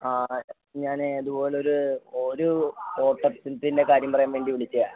ആ ഞാൻ ഇതുപോലെ ഒരു ഒരു ഓട്ടത്തിൻ്റെ കാര്യം പറയാൻവേണ്ടി വിളിച്ചതാണ്